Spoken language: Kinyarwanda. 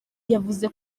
yavuze